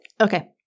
Okay